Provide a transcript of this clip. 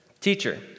Teacher